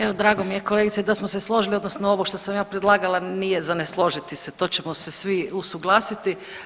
Evo drago mi je kolegice da smo se složili odnosno ovo što sam ja predlagala nije za ne složiti se, to ćemo se svi usuglasiti.